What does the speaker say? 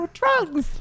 drugs